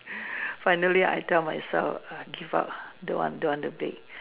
finally I tell myself ah give up lah don't want don't want to bake